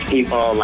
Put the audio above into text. people